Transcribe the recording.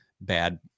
bad